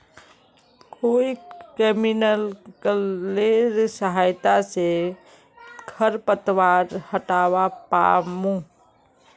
कोइ केमिकलेर सहायता से खरपतवार हटावा पामु